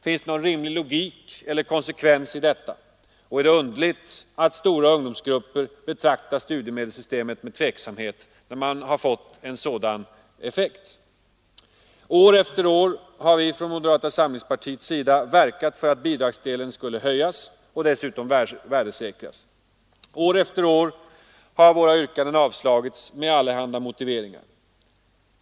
Finns det någon rimlig logik eller konsekvens i detta? Och är det underligt att stora ungdomsgrupper betraktar studiemedelssystemet med tveksamhet, när det har fått en sådan effekt? År efter år har vi från moderata samlingspartiets sida verkat för att bidragsdelen skulle höjas och dessutom värdesäkras. År efter år har våra yrkanden avslagits med allehanda motiveringar.